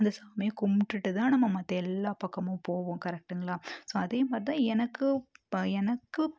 அந்த சாமியை கும்பிட்டுட்டுதான் நம்ம மற்ற எல்லா பக்கமும் போவோம் கரெக்டுங்களா ஸோ அதே மாதிரி தான் எனக்கு ப எனக்கு